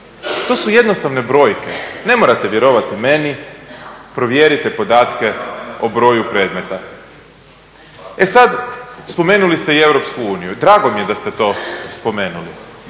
to su jednostavne brojke. Ne morate vjerovati meni, provjerite podatke o broju predmeta. E, sad spomenuli ste i EU i drago mi je da ste to spomenuli.